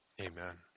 amen